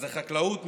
חקלאות,